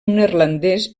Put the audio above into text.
neerlandès